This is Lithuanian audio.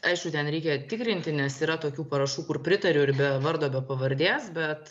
aišku ten reikia tikrinti nes yra tokių parašų kur pritariu ir be vardo be pavardės bet